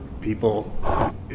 people